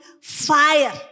fire